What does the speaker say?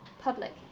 public